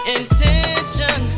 intention